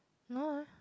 no lah